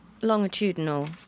Longitudinal